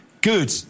good